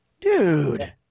Dude